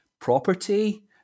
property